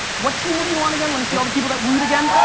what team were you on again? let me see all the people that wooed again.